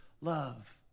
love